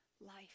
life